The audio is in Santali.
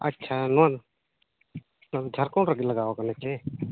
ᱟᱪᱷᱟ ᱱᱚᱣᱟ ᱡᱷᱟᱲᱠᱷᱚᱰ ᱨᱮᱜᱮ ᱞᱟᱜᱟᱣ ᱠᱟᱱᱟ ᱥᱮ